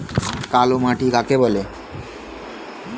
কালো মাটি কাকে বলে?